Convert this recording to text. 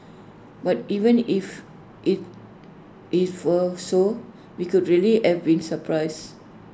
but even if IT if were so we could really have been surprised